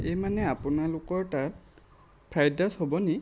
এই মানে আপোনালোকৰ তাত ফ্ৰাইড ৰাইচ হ'ব নেকি